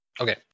Okay